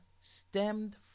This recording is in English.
stemmed